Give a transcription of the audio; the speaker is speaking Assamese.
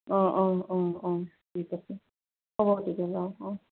অঁ অঁ অঁ অঁ ঠিক আছে হ'ব তেতিয়াহ'লে অঁ অঁ